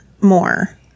more